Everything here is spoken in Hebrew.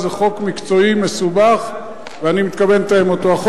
זה חוק מקצועי מסובך ואני מתכוון לתאם אותו.